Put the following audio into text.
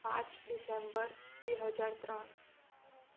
પાંચ ડિસેમ્બર બે હજાર ત્રણ